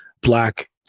black